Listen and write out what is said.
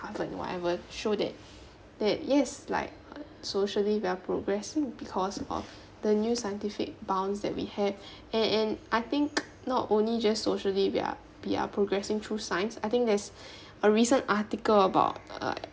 harvard whatever show that that yes like socially we are progressing because of the new scientific bounds that we had and and I think not only just socially we are we are progressing through science I think there's a recent article about uh